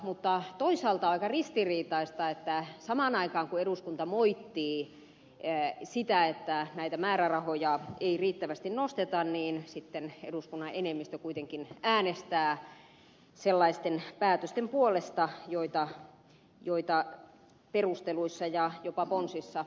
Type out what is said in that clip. mutta toisaalta on aika ristiriitaista että samaan aikaan kun eduskunta moittii sitä että näitä määrärahoja ei riittävästi nosteta sitten eduskunnan enemmistö kuitenkin äänestää sellaisten päätösten puolesta joita perusteluissa ja jopa ponsissa moittii